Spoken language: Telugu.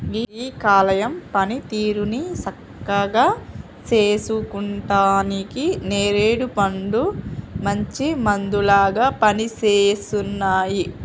గీ కాలేయం పనితీరుని సక్కగా సేసుకుంటానికి నేరేడు పండ్లు మంచి మందులాగా పనిసేస్తున్నాయి